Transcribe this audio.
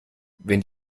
wenn